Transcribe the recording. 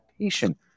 patient